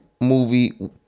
movie